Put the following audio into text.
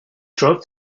drove